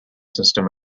system